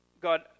God